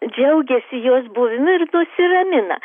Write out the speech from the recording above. džiaugiasi jos buvimu ir nusiramina